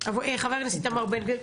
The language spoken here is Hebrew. חבר הכנסת איתמר בן גביר,